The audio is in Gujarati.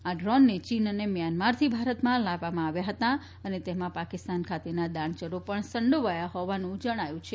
આ ડ્રોનને ચીન અને મ્યાનમારથી ભારતમાં લાવવામાં આવ્યા હતા અને તેમાં પાકિસ્તાન ખાતેના દાણચોરો પણ સંડોવાયેલા હોવાનું જણાયું છે